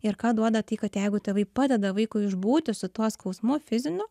ir ką duoda tai kad jeigu tėvai padeda vaikui išbūti su tuo skausmu fiziniu